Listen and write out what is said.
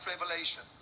revelation